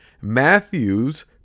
Matthew's